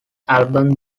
album